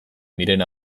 miren